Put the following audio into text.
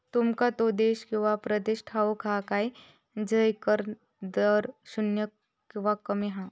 तुमका तो देश किंवा प्रदेश ठाऊक हा काय झय कर दर शून्य किंवा कमी हा?